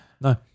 No